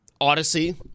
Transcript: Odyssey